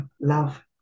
love